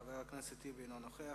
חבר הכנסת אחמד טיבי, לא נוכח.